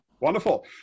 Wonderful